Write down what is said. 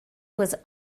was